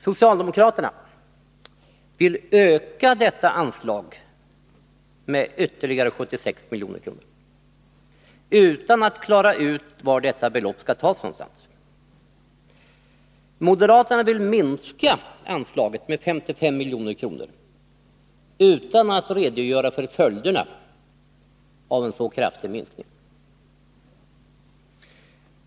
Socialdemokraterna vill öka detta anslag med ytterligare 76 milj.kr., utan att klara ut var detta belopp skall tas någonstans. Moderaterna vill minska anslaget med 55 milj.kr., utan att redogöra för följderna av en så kraftig minskning.